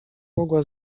mogła